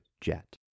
jet